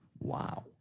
Wow